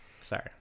Sorry